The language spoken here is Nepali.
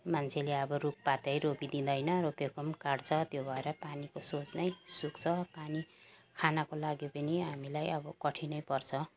मान्छेले अब रुखपातै रोपिदिँदैन रोपेको काट्छ त्यो भएर पानीको स्रोत नै सुक्छ पानी खानुको लागि पनि हामीलाई अब कठिनै पर्छ